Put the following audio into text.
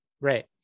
right